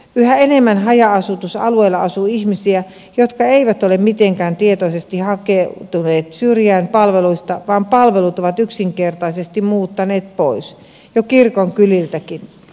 yhä enemmän haja asutusalueilla asuu ihmisiä jotka eivät ole mitenkään tietoisesti hakeutuneet syrjään palveluista vaan palvelut ovat yksinkertaisesti muuttaneet pois jo kirkonkyliltäkin